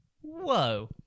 Whoa